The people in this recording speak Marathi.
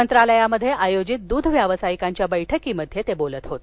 मंत्रालयात आयोजित दृध व्यावसायिकांच्या बैठकीत ते बोलत होते